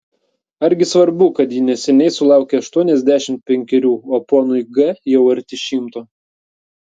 argi svarbu kad ji neseniai sulaukė aštuoniasdešimt penkerių o ponui g jau arti šimto